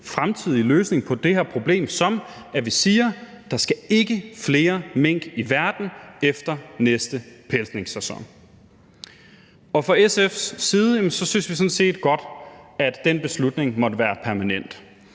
fremtidige løsning på det her problem, som at vi siger, at der ikke skal flere mink i verden efter næste pelsningssæson, og fra SF's side synes vi sådan set godt, at den beslutning måtte være permanent.